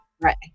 Right